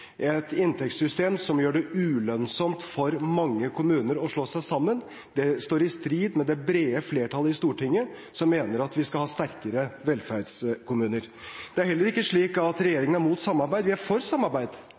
Et inntektssystem som gjør det ulønnsomt for mange kommuner å slå seg sammen, står i strid med det brede flertallet i Stortinget som mener at vi skal ha sterkere velferdskommuner. Det er heller ikke slik at regjeringen er imot samarbeid. Vi er for samarbeid.